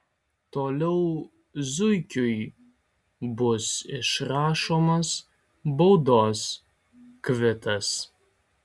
toliau zuikiui bus išrašomas baudos kvitas